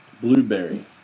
blueberry